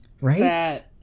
right